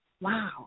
Wow